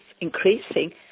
increasing